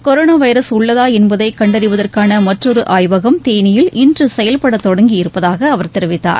corona virus உள்ளதா என்பதை கண்டறிவதற்கான மற்றொரு ஆய்வகம் தேனியில் இன்று செயல்பட தொடங்கியிருப்பதாக அவர் தெரிவித்தார்